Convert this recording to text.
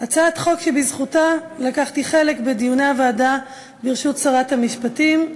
הצעת חוק שבזכותה לקחתי חלק בדיוני הוועדה בראשות שרת המשפטים,